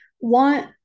want